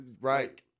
Right